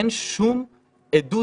אין שום עדות,